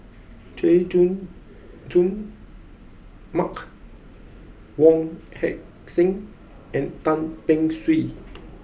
Chay Jung Jun Mark Wong Heck Sing and Tan Beng Swee